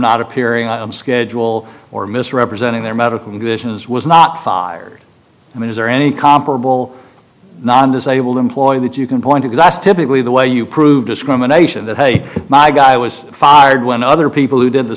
not appearing on schedule or misrepresenting their medical conditions was not far i mean is there any comparable non disabled employer that you can point to glass typically the way you prove discrimination that hey my guy was fired when other people who did the